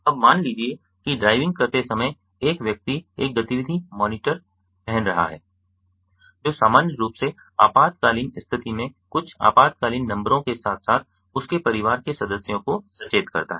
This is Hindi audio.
अब मान लीजिए कि ड्राइविंग करते समय एक व्यक्ति एक गतिविधि मॉनिटर पहन रहा है जो सामान्य रूप से आपातकालीन स्थिति में कुछ आपातकालीन नंबरों के साथ साथ उसके परिवार के सदस्यों को सचेत करता है